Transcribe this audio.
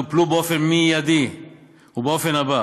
טופלו באופן מיידי ובאופן הבא,